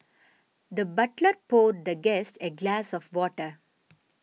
the butler poured the guest a glass of water